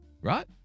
Right